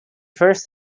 first